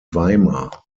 weimar